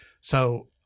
So-